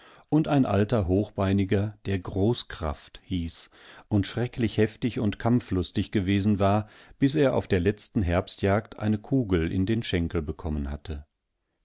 und ein alter hochbeiniger der großkraft hieß und schrecklich heftig und kampflustig gewesen war bis er auf der letzten herbstjagd eine kugel in den schenkel bekommenhatte